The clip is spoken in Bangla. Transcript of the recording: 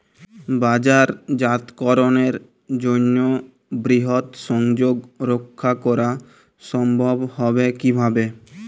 বাজারজাতকরণের জন্য বৃহৎ সংযোগ রক্ষা করা সম্ভব হবে কিভাবে?